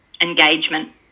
engagement